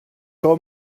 call